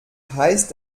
heißt